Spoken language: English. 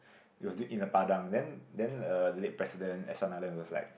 it was did in the padang then then uh the late president S R Nathan he was like